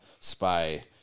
spy